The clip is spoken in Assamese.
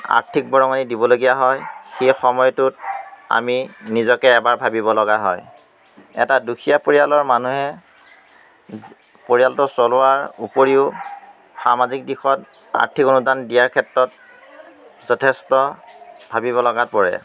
আৰ্থিক বৰঙণি দিবলগীয়া হয় সেই সময়টোত আমি নিজকে এবাৰ ভাবিব লগা হয় এটা দুখীয়া পৰিয়ালৰ মানুহে পৰিয়ালটো চলোৱাৰ উপৰিও সামাজিক দিশত আৰ্থিক অনুদান দিয়াৰ ক্ষেত্ৰত যথেষ্ট ভাবিব লগাত পৰে